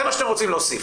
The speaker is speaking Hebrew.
זה מה שאתם רוצים להוסיף.